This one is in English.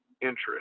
interest